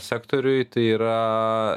sektoriui tai yra